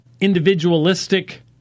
individualistic